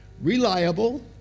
reliable